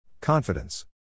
Confidence